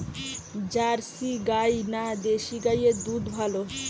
Jersey গাই না দেশী গাইয়ের দুধ ভালো?